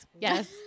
Yes